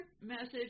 message